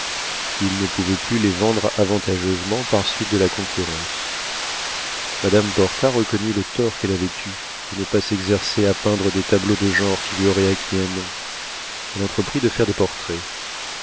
ils ne pouvaient plus les vendre avantageusement par suite de la concurrence madame porta reconnut le tort qu'elle avait eu de ne pas s'exercer à peindre des tableaux de genre qui lui auraient acquis un nom elle entreprit de faire des portraits